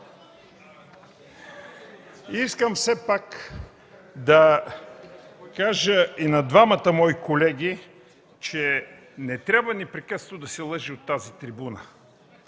Искам все пак да кажа и на двамата мои колеги, че не трябва непрекъснато да се лъже от тази трибуна.